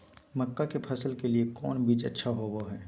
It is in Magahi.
मक्का के फसल के लिए कौन बीज अच्छा होबो हाय?